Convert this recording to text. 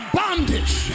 bondage